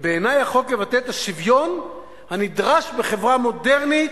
בעיני החוק מבטא את השוויון הנדרש בחברה מודרנית,